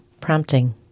prompting